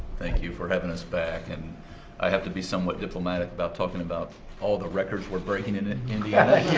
thank you for having us back, and i have to be somewhat diplomatic about talking about all the records we're breaking in indiana.